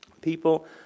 people